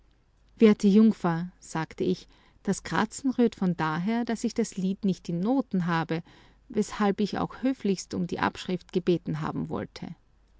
werte jungfer sagte ich das kratzen rührt von daher daß ich das lied nicht in noten habe weshalb ich auch höflichst um die abschrift gebeten haben wollte